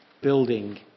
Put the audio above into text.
building